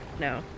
no